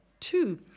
Two